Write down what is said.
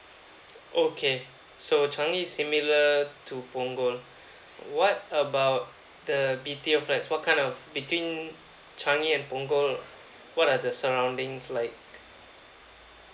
okay so changi similar to punggol what about the the B_T_O flats what kind of between changi and punggol what are the surroundings like